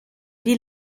die